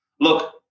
look